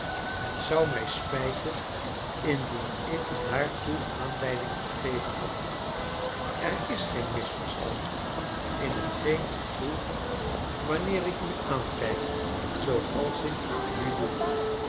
het zou mij spijten indien ik daartoe aanleiding geffeven had er is geen misverstand in hetgeen ik voel wanneer ik u aankijk zooals ik nu doe